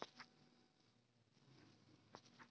क्या मेरे खाते से एक साथ पांच लोगों को पैसे भेजे जा सकते हैं?